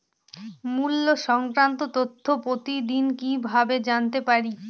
মুল্য সংক্রান্ত তথ্য প্রতিদিন কিভাবে জানতে পারি?